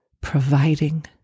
providing